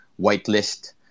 whitelist